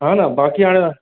हा न बाक़ी हाणे त